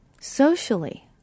Socially